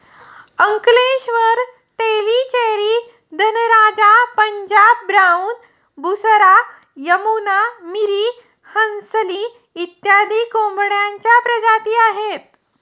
Ankleshwar, Tellicherry, Dhanraja, Punjab brown, Busra, Yamuna, Miri, Hansli इत्यादी कोंबड्यांच्या प्रजाती आहेत